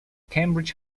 cambridge